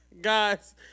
Guys